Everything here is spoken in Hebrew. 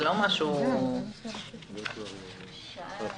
אני חושבת שאת הסעיף